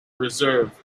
reserve